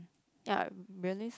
ya realism